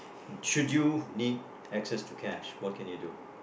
should you need access to cash what can you do